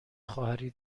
خواهری